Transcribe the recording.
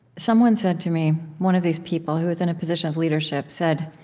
someone said to me one of these people who was in a position of leadership said,